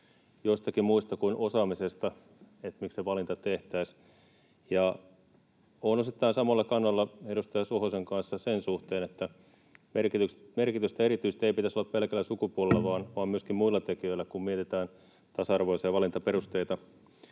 jostakin muusta kuin osaamisesta, miksi se valinta tehtäisiin. Olen osittain samalla kannalla edustaja Suhosen kanssa sen suhteen, että merkitystä erityisesti ei pitäisi olla pelkällä sukupuolella vaan myöskin muilla tekijöillä, kun mietitään tasa-arvoisia valintaperusteita.